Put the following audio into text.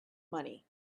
money